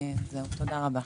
תודה רבה.